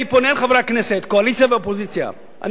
אני פונה אל חברי הכנסת, אני מבקש מכם,